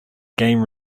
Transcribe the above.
game